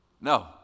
No